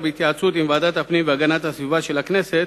בהתייעצות עם ועדת הפנים והגנת הסביבה של הכנסת,